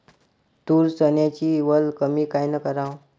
तूर, चन्याची वल कमी कायनं कराव?